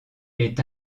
est